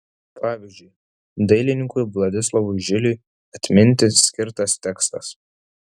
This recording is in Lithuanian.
pavyzdžiui dailininkui vladislovui žiliui atminti skirtas tekstas